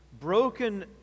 broken